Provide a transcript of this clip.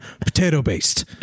Potato-based